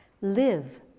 Live